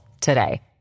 today